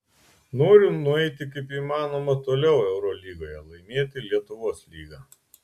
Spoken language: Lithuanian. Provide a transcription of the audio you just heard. noriu nueiti kaip įmanoma toliau eurolygoje laimėti lietuvos lygą